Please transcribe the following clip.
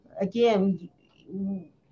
again